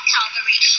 Calvary